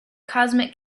cosmic